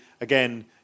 again